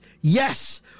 yes